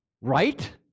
Right